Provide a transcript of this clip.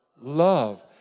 Love